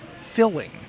filling